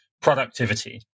productivity